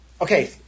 Okay